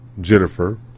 Jennifer